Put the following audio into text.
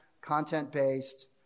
Content-based